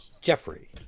Jeffrey